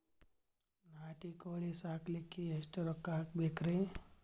ನಾಟಿ ಕೋಳೀ ಸಾಕಲಿಕ್ಕಿ ಎಷ್ಟ ರೊಕ್ಕ ಹಾಕಬೇಕ್ರಿ?